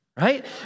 right